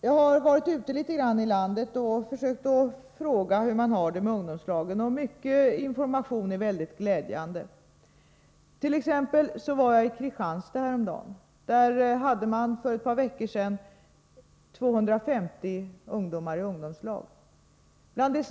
Jag har rest runt i landet och försökt få reda på hur man har det med ungdomslagen. Mycket av den information jag har fått är väldigt glädjande. Jag var t.ex. häromdagen i Kristianstad, där man hade 250 ungdomar i ungdomslag för ett par veckor sedan.